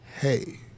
Hey